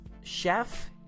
Chef